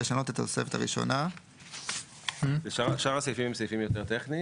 לשנות את התוספת הראשונה."" שאר הסעיפים הם סעיפים טכניים,